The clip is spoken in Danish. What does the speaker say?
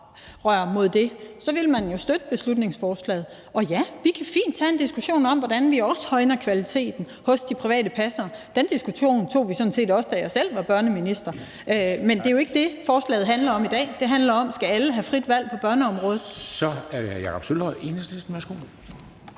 oprør mod det, ville man jo støtte beslutningsforslaget. Og ja, vi kan fint tage en diskussion om, hvordan vi også højner kvaliteten hos de private passere – den diskussion tog vi sådan set også, da jeg selv var børneminister – men det er jo ikke det, forslaget i dag handler om. Det handler om, om alle skal have frit valg på børneområdet. Kl. 13:03 Formanden (Henrik